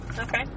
Okay